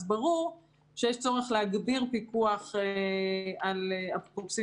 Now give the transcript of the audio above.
אז ברור שיש צורך להגביר פיקוח על אפוטרופוסים